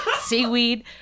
Seaweed